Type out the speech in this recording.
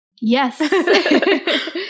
Yes